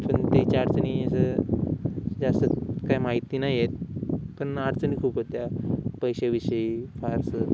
पण त्याची अडचणी ज जास्त काय माहिती नाहीएत पन अडचणी खूप होत्या पैसे विषयी फारसं